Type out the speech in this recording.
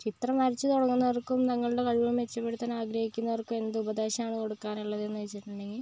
ചിത്രം വരച്ചു തുടങ്ങുന്നവർക്കും തങ്ങളുടെ കഴിവ് മെച്ചപ്പെടുത്താൻ ആഗ്രഹിക്കുന്നവർക്കും എന്ത് ഉപദേശമാണ് കൊടുക്കാനുള്ളത് എന്ന് വെച്ചിട്ടുണ്ടെങ്കിൽ